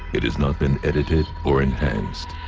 it has not been edited or enhanced